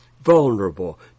vulnerable